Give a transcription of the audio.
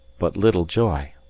but little joy.